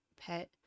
pet